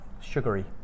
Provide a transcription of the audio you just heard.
sugary